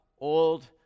Old